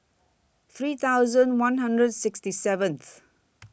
three thousand one hundred sixty seventh